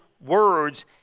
words